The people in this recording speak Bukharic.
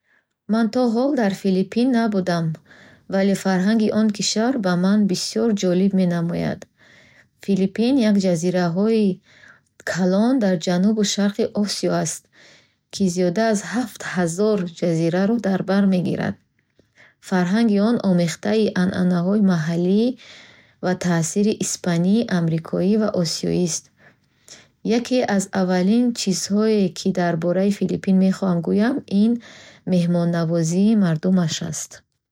Ман то ҳол дар Филиппин набудам, вале фарҳанги он кишвар ба ман бисёр ҷолиб менамояд. Филиппин як ҷазираҳои калон дар ҷанубу шарқи Осиё аст, ки зиёда аз ҳафт ҳазор ҷазираро дар бар мегирад. Фарҳанги он омехтаи анъанаҳои маҳаллӣ ва таъсири испанӣ, амрикоӣ ва осиёист. Яке аз аввалин чизҳое, ки дар бораи Филиппин мехоҳам гӯям, меҳмоннавозии мардумаш аст.